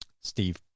Steve